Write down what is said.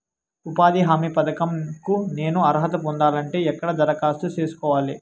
ఉపాధి హామీ పథకం కు నేను అర్హత పొందాలంటే ఎక్కడ దరఖాస్తు సేసుకోవాలి?